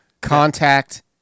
contact